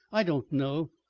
i don't know.